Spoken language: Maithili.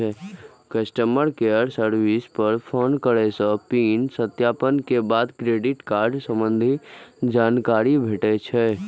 कस्टमर केयर सर्विस पर फोन करै सं पिन सत्यापन के बाद क्रेडिट कार्ड संबंधी जानकारी भेटै छै